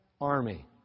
army